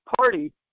party